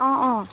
অঁ অঁ